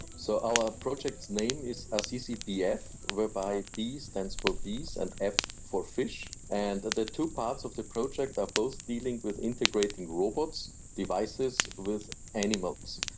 so our project name is assisi bf, whereby b stands for bees and f for fish, and the two parts of the project are both dealing with integrating robots, devices, with animals.